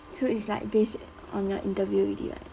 so it's like based on your interview already right